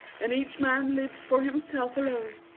and each man lives for himself alone?